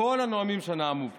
מכל הנואמים שנאמו פה,